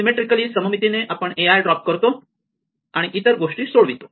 symmetrically आपण a i drop करतो आणि इतर गोष्टी सोडवतो